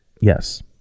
Yes